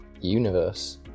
universe